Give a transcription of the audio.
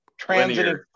Transitive